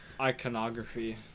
iconography